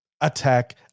attack